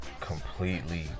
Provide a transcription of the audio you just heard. completely